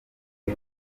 ibi